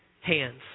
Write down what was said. hands